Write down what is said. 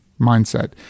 mindset